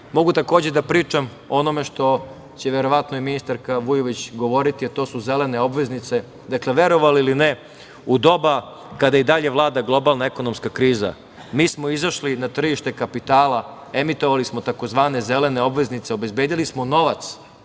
Mogu takođe da pričam o onome što će verovatno i ministarka Vujović govoriti, a to su zelene obveznice. Dakle, verovali ili ne, u doba kada i dalje vlada globalna ekonomska kriza, mi smo izašli na tržište kapitala, emitovali smo tzv. zelene obveznice, obezbedili smo novac.